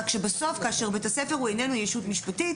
רק שבסוף כאשר בית הספר הוא איננו ישות משפטית,